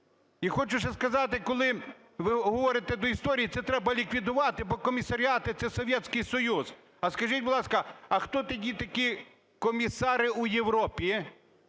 І хочу ще сказати, коли ви говорите до історії: це треба ліквідувати, бо комісаріати – це Советский Союз. А, скажіть, будь ласка, а хто тоді такі комісари у Європі,